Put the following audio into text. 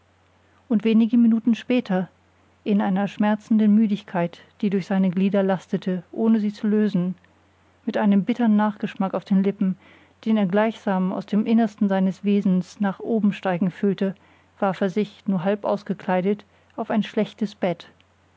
und wenige minuten später in einer schmerzenden müdigkeit die durch seine glieder lastete ohne sie zu lösen mit einem bittern nachgeschmack auf den lippen den er gleichsam aus dem innersten seines wesens nach oben steigen fühlte warf er sich nur halb ausgekleidet auf ein schlechtes bett